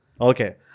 Okay